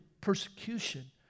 persecution